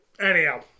Anyhow